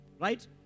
right